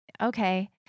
okay